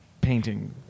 painting